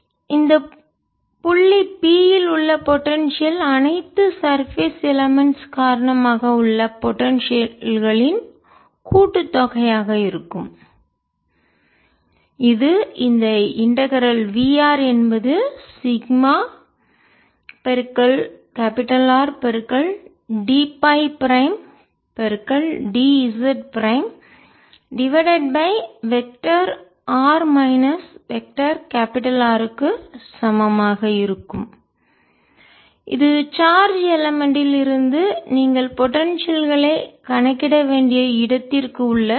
எனவே புள்ளி p இல் உள்ள பொடென்சியல் அனைத்து சர்பேஸ் மேற்பரப்பு எலமென்ட்ன் காரணமாக உள்ள பொடென்சியல்களின் கூட்டுத்தொகையாக இருக்கும் இது இந்த இன்டகரல் v r என்பது sigma R d Ф prime d z prime divided by vector r minus vector R க்கும் சமமாக இருக்கும் இது சார்ஜ் எலமென்ட் ல் இருந்து நீங்கள் பொடென்சியல் களை கணக்கிட வேண்டிய இடத்திற்கு உள்ள தூரம் ஆகும்